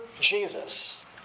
Jesus